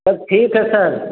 सब ठीक है सर